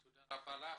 תודה רבה לך.